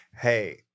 Hey